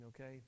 okay